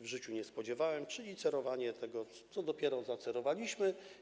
w życiu nie spodziewałem, czyli cerowanie tego, co dopiero zacerowaliśmy.